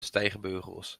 stijgbeugels